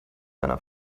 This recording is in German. einer